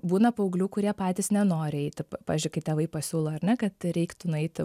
būna paauglių kurie patys nenori eiti pavyzdžiui kai tėvai pasiūlo ar ne kad reiktų nueiti